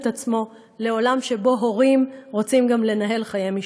עצמו לעולם שבו הורים רוצים גם לנהל חיי משפחה?